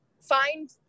find